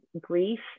grief